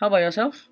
how about yourself